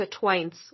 intertwines